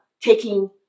taking